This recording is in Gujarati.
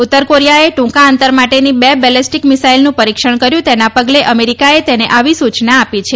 ઉત્તર કોરિયાએ ટ્રંકા અંતર માટેની બે બેલેસ્ટિક મિસાઇલનું પરિક્ષણ કર્યું તેના પગલે અમેરિકાએ તેને આવી સૂચના આપી છે